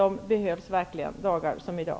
De behövs verkligen sådana dagar som i dag.